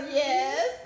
yes